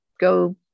go